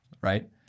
Right